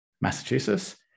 Massachusetts